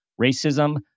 Racism